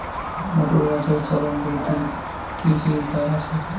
Motor গাছের ফলন বৃদ্ধির কি কোনো উপায় আছে?